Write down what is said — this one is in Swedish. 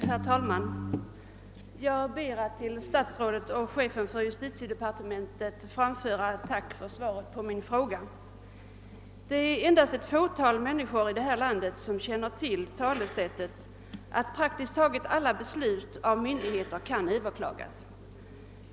Herr talman! Jag ber att till statsrådet och chefen för justitiedepartementet få framföra ett tack för svaret på min fråga. Det är endast ett fåtal människor i det här landet som känner till att praktiskt taget alla beslut av myndigheterna kan överklagas.